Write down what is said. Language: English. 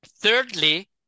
Thirdly